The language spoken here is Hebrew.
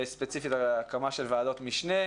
ספציפית הקמה של וועדות משנה,